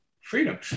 freedom